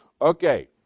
Okay